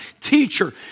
teacher